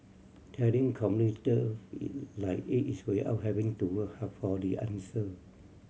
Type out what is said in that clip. telling commuter like it is without having to work hard for the answer